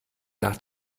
nach